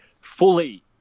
fully